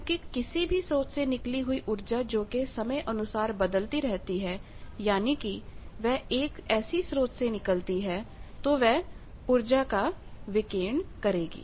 क्योंकि किसी भी स्रोत से निकली हुई उर्जा जो कि समय अनुसार बदलती रहती है यानी कि वह एक ऐसी स्रोत से निकली है तो वह ऊर्जा का विकिरण करेगी